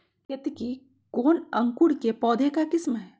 केतकी कौन अंकुर के पौधे का किस्म है?